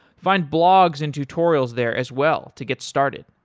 find blogs and tutorials there as well to get started.